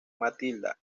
matilda